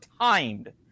timed